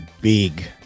big